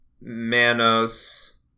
Manos